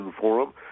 forum